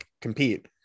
compete